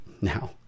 now